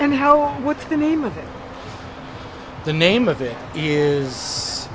and how what's the name of the name of it is